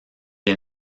est